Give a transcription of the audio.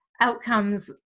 outcomes